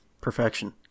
perfection